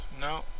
no